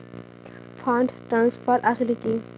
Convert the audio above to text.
Fund transfer আসলে কী?